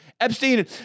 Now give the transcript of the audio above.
Epstein